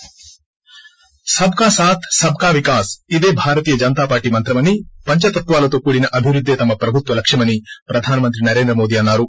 సబ్కాసాథ్ సబ్కా వికాస్ ఇదే భారతియ జనతా పార్లీ మంత్రమని పంచతత్వాలతో కూడిన అభివృద్దే తమ ప్రబుత్వ లక్ష్యం అని ప్రదానమంత్రి నరేంద్ర మోడీ అన్నారు